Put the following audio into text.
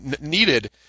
needed